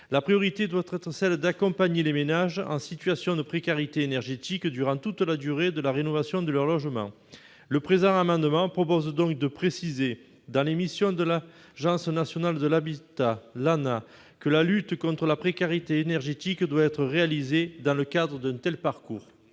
La priorité doit être d'accompagner les ménages en situation de précarité énergétique durant toute la durée de la rénovation de leur logement. Le présent amendement vise donc à préciser dans les missions de l'Agence nationale de l'habitat, l'ANAH, que la lutte contre la précarité énergétique doit être réalisée dans le cadre d'un tel parcours.